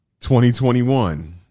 2021